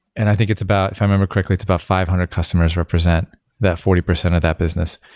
and i think it's about if i remember correctly, it's about five hundred customers represent that forty percent that business,